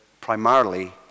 primarily